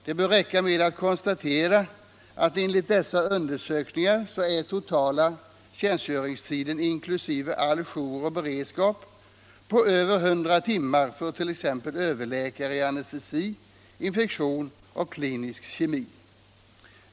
Det bör räcka med att konstatera att enligt dessa undersökningar är totala tjänstgöringstiden inkl. all jour och beredskap över 100 timmar för t.ex. överläkare i anestesiologi, infektion och klinisk kemi.